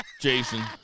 Jason